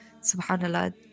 subhanAllah